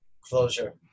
closure